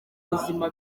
buzima